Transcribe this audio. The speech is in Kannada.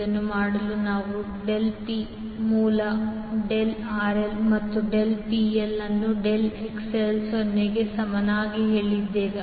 ಇದನ್ನು ಮಾಡಲು ನಾವು del P ಮೂಲಕ del RL ಮತ್ತು del PL ಅನ್ನು del XL 0 ಗೆ ಸಮನಾಗಿ ಹೇಳಿದ್ದೇವೆ